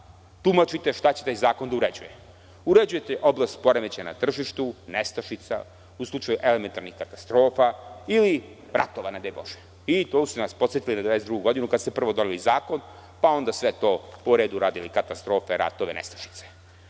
tumačite šta će taj zakon da uređuje. Uređujete oblast poremećaja na tržištu, nestašica, u slučaju elementarnih katastrofa ili ratova, ne daj Bože. Tu ste nas podsetili na 1992. godinu kada ste prvo doneli zakon, onda sve to po redu radili, katastrofe, ratove, nestašice,